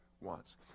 wants